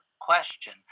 question